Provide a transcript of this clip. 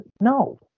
No